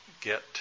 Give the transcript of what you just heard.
get